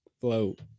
float